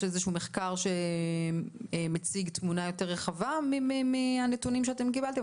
איזה מחקר שמציג תמונה רחבה יותר מן הנתונים שאתם קיבלתם?